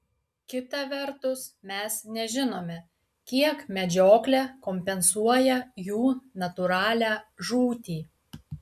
kita vertus mes nežinome kiek medžioklė kompensuoja jų natūralią žūtį